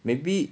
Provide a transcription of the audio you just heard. maybe